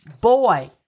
boy